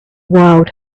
wild